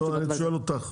לא, אני שואל אותך.